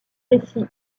récits